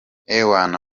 ewana